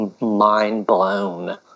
mind-blown